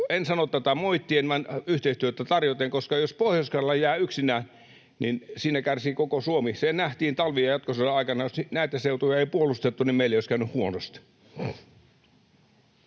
En sano tätä moittien vaan yhteistyötä tarjoten, koska jos Pohjois-Karjala jää yksinään, niin siinä kärsii koko Suomi. Se nähtiin talvi- ja jatkosodan aikana, että jos näitä seutuja ei olisi puolustettu, niin meille olisi käynyt huonosti.